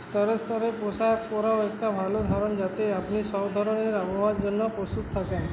স্তরে স্তরে পোশাক পরাও একটা ভালো ধরন যাতে আপনি সব ধরনের আবহাওয়ার জন্য প্রস্তুত থাকেন